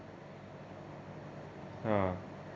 ha